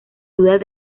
dudas